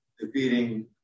defeating